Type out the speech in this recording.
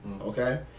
Okay